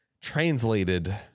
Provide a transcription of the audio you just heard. translated